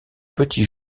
petit